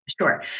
Sure